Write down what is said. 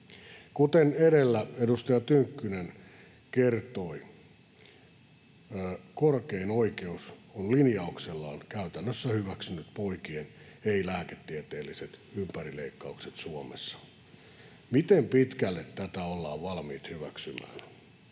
Kuten edellä edustaja Tynkkynen kertoi, korkein oikeus on linjauksellaan käytännössä hyväksynyt poikien ei-lääketieteelliset ympärileikkaukset Suomessa. Miten pitkälle tätä ollaan valmiit hyväksymään?